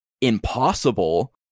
impossible